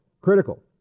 Critical